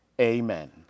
amen